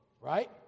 right